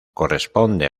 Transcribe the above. corresponde